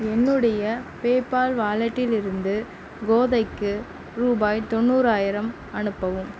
என்னுடைய பேபால் வாலட்டிலிருந்து கோதைக்கு ரூபாய் தொண்ணூறாயிரம் அனுப்பவும்